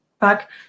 back